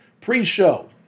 Pre-show